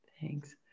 thanks